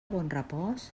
bonrepòs